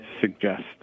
suggest